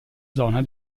zona